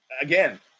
again